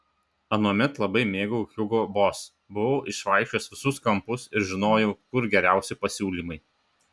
anuomet labai mėgau hugo boss buvau išvaikščiojęs visus kampus ir žinojau kur geriausi pasiūlymai